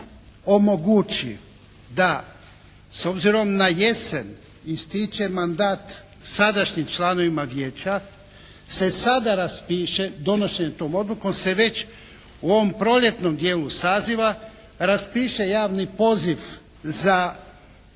omogući da s obzirom na jesen ističe mandat sadašnjim članovima Vijeća se sada raspiše donošenjem tom odlukom se već u ovom proljetnom dijelu saziva raspiše javni poziv za imenovanje